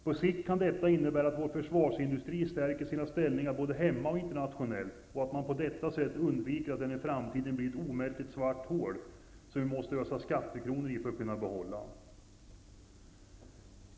På sikt kan detta innebära att vår försvarsindustri stärker sin ställning både hemma och internationellt, och att man på detta sätt underviker att i framtiden få ett omättligt svart hål som det måste ösas skattekronor i för att vi skall kunna behålla försvarsindustrin.